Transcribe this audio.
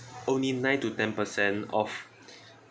only nine to ten percent of